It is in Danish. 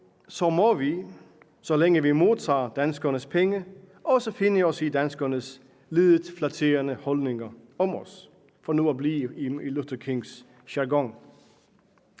må vi, så længe vi modtager danskernes penge, også finde os i danskernes lidet flatterende holdning til os, for nu at blive i Luther Kings jargon.